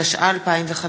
התשע"ה 2015,